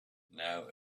now